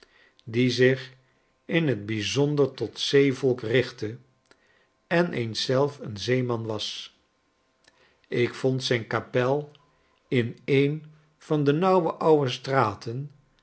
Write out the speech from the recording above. die zich in t bijzonder tot zeevolk richtte en eens zelf een zeeman was ik vond zijn kapel in een van de nauwe oude straten